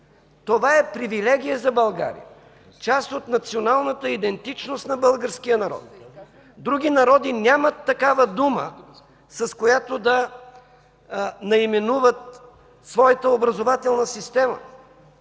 Това е привилегия за България, част от националната идентичност на българския народ! Други народи нямат такава дума, с която да наименуват своята образователна система.